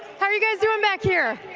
how are you guys doing back here?